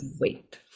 wait